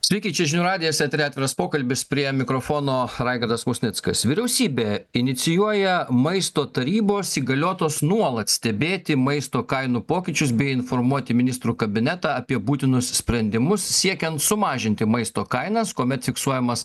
sveiki čia žinių radijas eteryje atviras pokalbis prie mikrofono raigardas musnickas vyriausybė inicijuoja maisto tarybos įgaliotos nuolat stebėti maisto kainų pokyčius bei informuoti ministrų kabinetą apie būtinus sprendimus siekiant sumažinti maisto kainas kuomet fiksuojamas